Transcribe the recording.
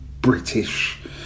British